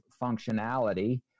functionality